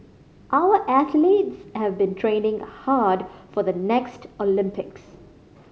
our athletes have been training hard for the next Olympics